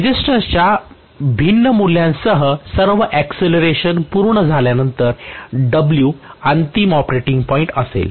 रेसिस्टेन्सच्या भिन्न मूल्यांसह सर्व आकसलरेशन पूर्ण झाल्यानंतर W अंतिम ऑपरेटिंग पॉईंट असेल